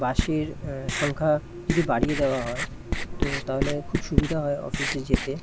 বাসের সংখ্যা যদি বাড়িয়ে দেওয়া হয় তো তাহলে খুব সুবিধা হয় অফিসে যেতে